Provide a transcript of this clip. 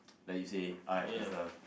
like you say art and stuff